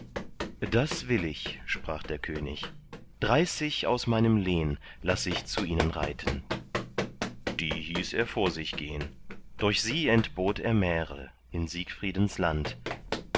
das will ich sprach der könig dreißig aus meinem lehn laß ich zu ihnen reiten die hieß er vor sich gehn durch sie entbot er märe in siegfriedens land